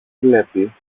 βλέπεις